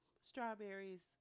Strawberries